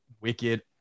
wicked